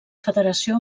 federació